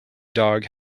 dog